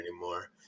anymore